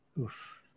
oof